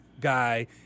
guy